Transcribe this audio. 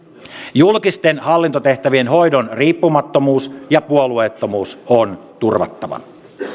julkisten hallintotehtävien hoidon riippumattomuus ja puolueettomuus on turvattava